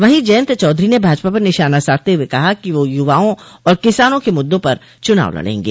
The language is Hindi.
वहीं जयंत चौधरी ने भाजपा पर निशाना साधते हुए कहा कि वह युवाओं और किसानों के मुद्दों पर चुनाव लड़ेंगे